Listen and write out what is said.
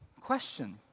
Question